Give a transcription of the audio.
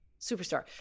Superstar